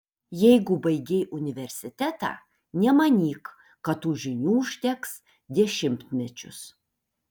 jeigu baigei universitetą nemanyk kad tų žinių užteks dešimtmečius